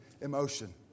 emotion